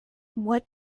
what